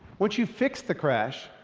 once you fix the crash,